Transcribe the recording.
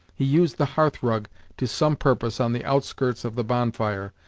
he used the hearthrug to some purpose on the outskirts of the bonfire,